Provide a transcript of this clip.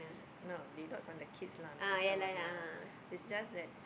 no they dotes on the kids lah no matter what lah it's just that